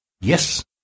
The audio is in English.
yes